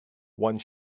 one